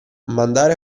mandare